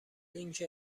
اینکه